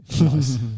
Nice